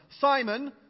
Simon